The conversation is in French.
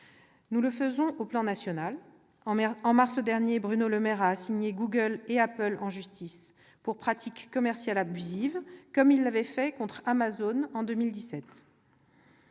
Nous le faisons sur le plan national. En mars dernier, Bruno Le Maire a assigné Google et Apple en justice pour pratiques commerciales abusives, comme il l'avait fait contre Amazon en 2017.